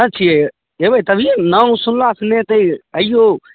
कोना छिए अएबै तभिए ने नाम सुनलासँ नहि हेतै अइऔ